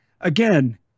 Again